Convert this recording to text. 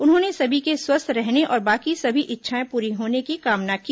उन्होंने सभी के स्वस्थ रहने और सबकी सभी इच्छाएं पूरी होने की कामना की